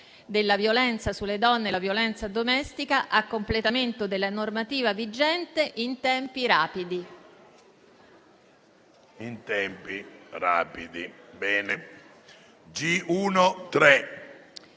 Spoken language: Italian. della violenza sulle donne e la violenza domestica a completamento della normativa vigente in tempi rapidi».